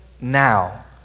now